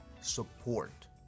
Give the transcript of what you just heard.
support